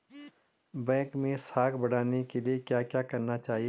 Bank मैं साख बढ़ाने के लिए क्या क्या करना चाहिए?